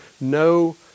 no